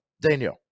Daniel